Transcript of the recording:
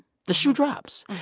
the shoe drops.